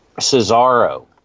Cesaro